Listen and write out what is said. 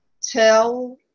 tell